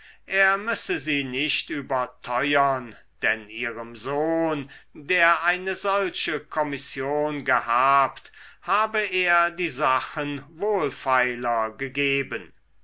er müsse sie nicht überteuern denn ihrem sohn der eine solche kommission gehabt habe er die sachen wohlfeiler gegeben